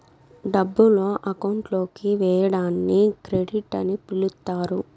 డబ్బులు అకౌంట్ లోకి వేయడాన్ని క్రెడిట్ అని పిలుత్తారు